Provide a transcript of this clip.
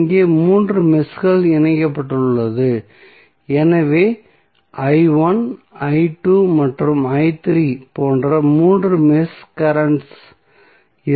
இங்கே மூன்று மெஷ்கள் இணைக்கப்பட்டுள்ளது எனவே i1 i2 மற்றும் i3 போன்ற மூன்று மெஷ் கரண்ட்ஸ் இருக்கும்